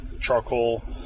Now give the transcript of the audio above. charcoal